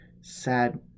sad